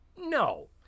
No